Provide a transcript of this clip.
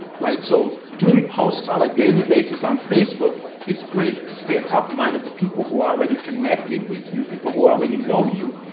so doing posts on a daily basis on facebook is great to stay a top of mind of the people who are already connected with you, people who already know you,